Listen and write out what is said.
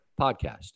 podcast